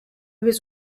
was